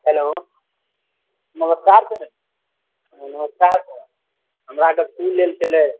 hello नमस्कार sir नमस्कार sir हमराके फूल लेल छलय